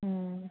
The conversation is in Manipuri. ꯎꯝ